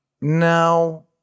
no